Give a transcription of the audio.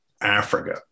Africa